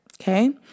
Okay